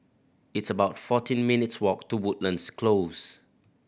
it's about fourteen minutes' walk to Woodlands Close